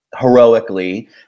heroically